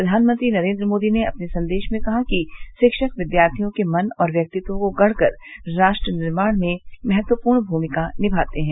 प्रधानमंत्री नरेन्द्र मोदी ने अपने संदेश में कहा कि शिक्षक विद्यार्थियों के मन और व्यक्तित्व को गढ़कर राष्ट्र निर्माण में महत्वपूर्ण भूमिका निमाते हैं